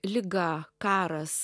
liga karas